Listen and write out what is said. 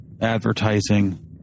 advertising